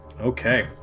Okay